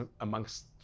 amongst